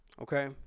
Okay